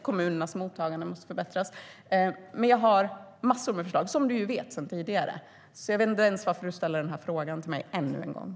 Kommunernas mottaganden måste också förbättras.